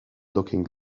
looking